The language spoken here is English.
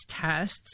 tests